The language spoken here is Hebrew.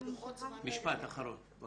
את